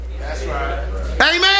amen